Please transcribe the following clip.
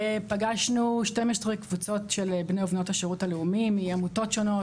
פגשנו 12 קבוצות של בני ובנות השירות הלאומי מעמותות שונות,